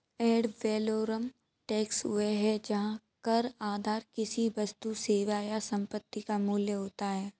add valorem tax वह है जहां कर आधार किसी वस्तु, सेवा या संपत्ति का मूल्य होता है